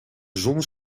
zon